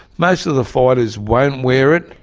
most of the fighters won't wear it.